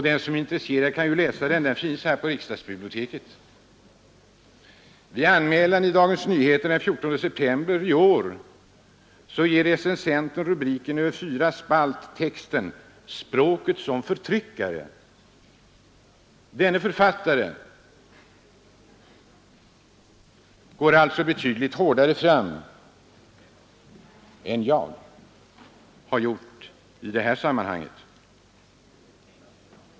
Den som är intresserad kan ju läsa boken; den finns här på riksdagsbiblioteket. Vid anmälan i Dagens Nyheter den 14 september i år fick recensionen över fyra spalter rubriken Språket som förtryckare. Denne författare går alltså betydligt hårdare fram än jag har gjort i det här sammanhanget.